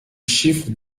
chiffres